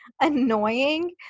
annoying